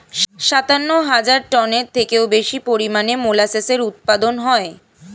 সাতান্ন হাজার টনের থেকেও বেশি পরিমাণে মোলাসেসের উৎপাদন হয়